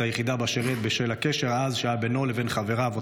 היחידה שבה שירת בשל הקשר עז שהיה בינו לבין חבריו,